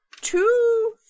two